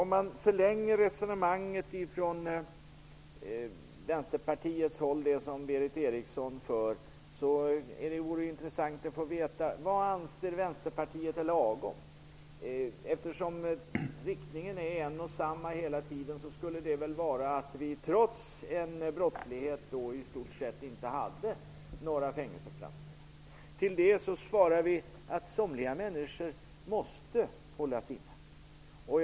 I en förlängning vore det intressant att utifrån Vänsterpartiets och Berith Erikssons resonemang få veta vad Vänsterpartiet anser vara lagom. Riktningen är ju densamma hela tiden -- trots brottslighet skulle vi i stort sett kanske inte ha några fängelseplatser. Vi svarar då att somliga människor måste hållas inne.